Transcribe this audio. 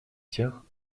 тех